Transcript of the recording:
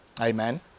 Amen